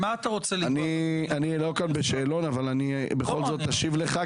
אני לא בשאלון כאן אבל בכל זאת אשיב לך,